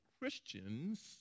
Christians